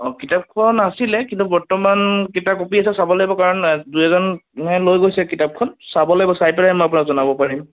অ কিতাপখন আছিলে কিন্তু বৰ্তমান চাব লাগিব কাৰণ দুই এজনে লৈ গৈছে কিতাপখন চাব লাগিব চাই পেলাই মই আপোনাক জনাব পাৰিম